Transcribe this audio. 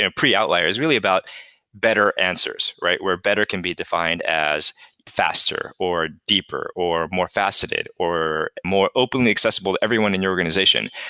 and pre-outlier, is really about better answers, right? where better can be defined as faster, or deeper, or more faceted, or more openly accessible to everyone in your organization.